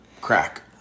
Crack